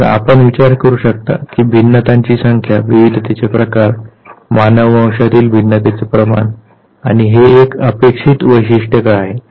तर आपण विचार करू शकता की भिन्नतांची संख्या विविधतेचे प्रकार मानव वंशातील भिन्नतेचे प्रमाण आणि हे एक अपेक्षित वैशिष्ट्य का आहे